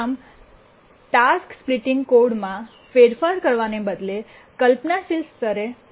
આમ task splitting કોડમાં ફેરફાર કરવાને બદલે કલ્પનાશીલ સ્તરે કરવામાં આવે છે